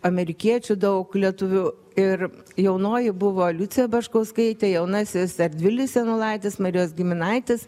amerikiečių daug lietuvių ir jaunoji buvo liucija baškauskaitė jaunasis erdvilis janulaitis marijos giminaitis